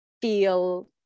feel